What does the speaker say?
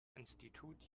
institut